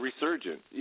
resurgence